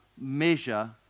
measure